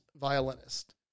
violinist